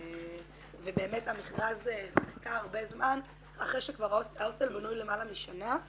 ובאמת המכרז חיכה הרבה זמן אחרי שכבר ההוסטל בנוי למעלה משנה.